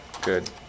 Good